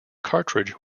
cartridge